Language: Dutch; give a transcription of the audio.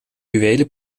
juwelen